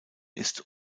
ist